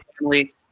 family